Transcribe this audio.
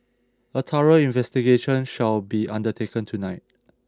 a thorough investigation shall be undertaken tonight